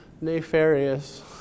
nefarious